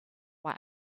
why